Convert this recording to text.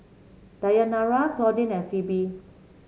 Dayanara Claudine and Phebe